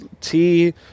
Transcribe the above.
tea